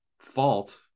fault